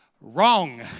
Wrong